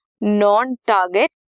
non-target